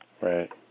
Right